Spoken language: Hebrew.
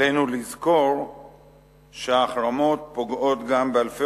עלינו לזכור שההחרמות פוגעות גם באלפי